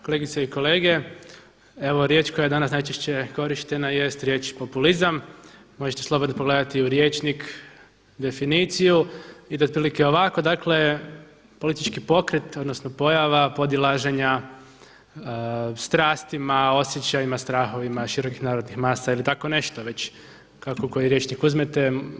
Kolegice i kolege, evo riječ koja je danas najčešće korištena jest riječ populizam, možete slobodno pogledati i u rječnik definiciju ide otprilike ovako, dakle politički pokret odnosno pojava podilaženja strastima, osjećajima, strahovima širokih narodnih masa ili tako nešto već kako koji rječnik uzmete.